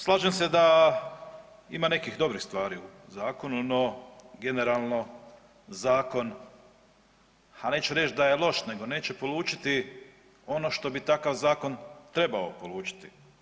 Slažem se da ima nekih dobrih stvari u zakonu, no generalno zakon, a neću reć da je loš, nego neće polučiti ono što bi takav zakon trebao polučiti.